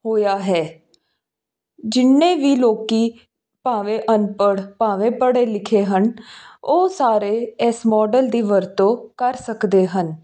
ਹੋਇਆ ਹੈ ਜਿੰਨੇ ਵੀ ਲੋਕ ਭਾਵੇਂ ਅਨਪੜ੍ਹ ਭਾਵੇਂ ਪੜ੍ਹੇ ਲਿਖੇ ਹਨ ਉਹ ਸਾਰੇ ਇਸ ਮੋਡਲ ਦੀ ਵਰਤੋਂ ਕਰ ਸਕਦੇ ਹਨ